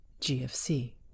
GFC